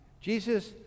Jesus